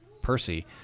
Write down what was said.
Percy